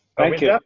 thank you.